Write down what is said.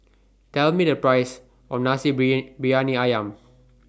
Tell Me The Price of Nasi Briyani Ayam